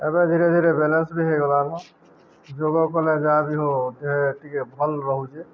ଏବେ ଧୀରେ ଧୀରେ ବେଲେନ୍ସ ବି ହେଇଗଲାଣି ଯୋଗ କଲେ ଯାହା ବି ହଉ ଟିକେ ଭଲ୍ ରହୁଚେ